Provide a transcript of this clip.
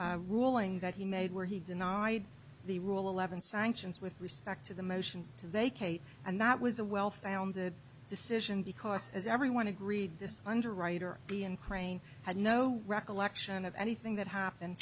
ruling that he made where he denied the rule eleven sanctions with respect to the motion to vacate and that was a well founded decision because as everyone agreed this underwriter be in crane had no recollection of anything that happened